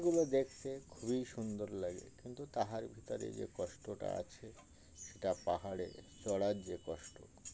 এগুলো দেখতে খুবই সুন্দর লাগে কিন্তু তাহার ভিতরে যে কষ্ট টা আছে সেটা পাহাড়ে চড়ার যে কষ্ট